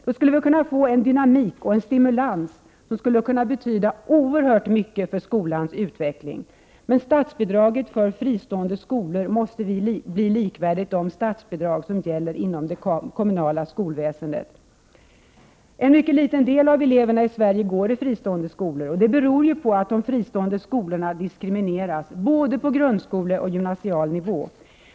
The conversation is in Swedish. Då skulle vi få en dynamik och stimulans som skulle kunna betyda oerhört mycket för skolans utveckling. Men statsbidraget för fristående skolor måste bli likvärdigt de statsbidrag som gäller inom det kommunala skolväsendet. En mycket liten del av eleverna i Sverige går i fristående skolor. Det beror ju på att de fristående skolorna diskrimineras, både på grundskoleoch gymnasial nivå.